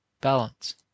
balance